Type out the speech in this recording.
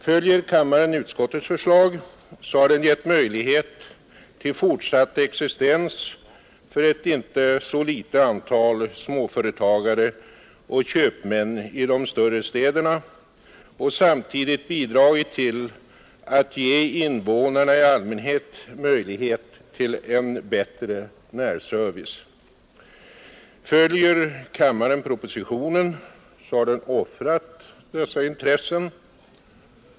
Följer kammaren utskottets förslag, så har den givit möjlighet till fortsatt existens för ett inte så litet antal småföretagare och köpmän i de större städerna och samtidigt bidragit till att ge invånarna i allmänhet möjlighet till en bättre närservice. Följer kammaren propositionen, så har den offrat dessa intressen.